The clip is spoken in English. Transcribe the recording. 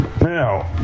Now